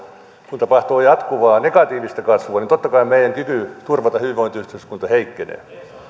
kun tapahtuu jatkuvaa negatiivista kasvua niin totta kai meidän kykymme turvata hyvinvointiyhteiskunta heikkenee